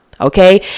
Okay